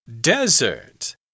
Desert